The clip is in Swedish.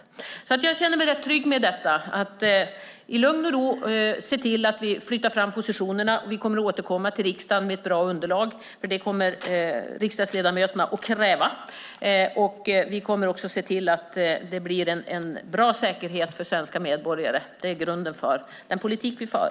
Jag känner mig därför rätt trygg med att vi i lugn och ro kan flytta fram positionerna. Vi kommer att återkomma till riksdagen med ett bra underlag, för det kommer riksdagsledamöterna att kräva. Vi kommer också att se till att säkerheten för svenska medborgare blir bra. Det är grunden för den politik vi för.